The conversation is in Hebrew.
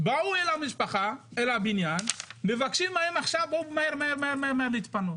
באו אל הבניין, מבקשים מהם עכשיו מהר מהר להתפנות.